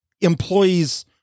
employees